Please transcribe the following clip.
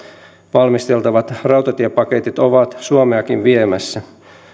valmisteltavat rautatiepaketit ovat suomeakin viemässä